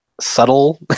subtle